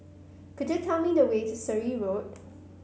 could you tell me the way to Surrey Road